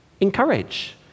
encourage